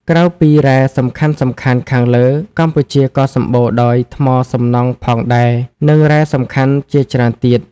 ក្រៅពីរ៉ែសំខាន់ៗខាងលើ កម្ពុជាក៏សម្បូរដោយ ថ្មសំណង់ផងដែរ និងរ៉ែសំខាន់ជាច្រើនទៀត។